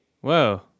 Whoa